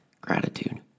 gratitude